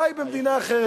חי במדינה אחרת.